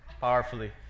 powerfully